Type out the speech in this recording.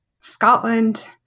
Scotland